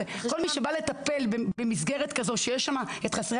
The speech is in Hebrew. כל מי שבא לטפל במסגרת כזאת שיש שם חסרי